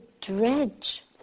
dredge